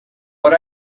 but